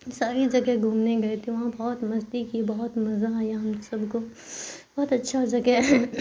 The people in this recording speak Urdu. ساری جگہ گھومنے گئے تھے وہاں بہت مستی کی بہت مزہ آیا ہم سب کو بہت اچھا جگہ